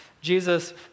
Jesus